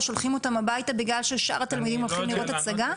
שולחים אותם הביתה בגלל ששאר התלמידים הולכים לראות הצגה?